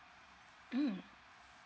mm